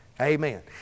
Amen